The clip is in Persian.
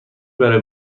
برای